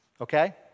okay